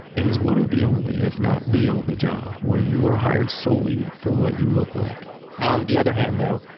it is one of the only, if not the only, job where you are hired solely for what you look like on the other hand though,